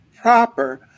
proper